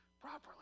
properly